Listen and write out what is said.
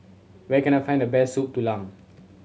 where can I find the best Soup Tulang